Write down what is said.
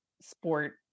sport